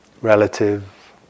relative